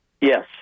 Yes